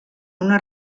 una